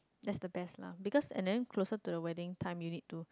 that's the best lah because and then closer to the weeding time you need to